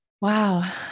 Wow